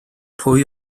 pwy